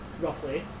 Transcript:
roughly